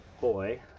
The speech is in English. Boy